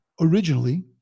originally